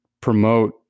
promote